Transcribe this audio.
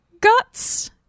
guts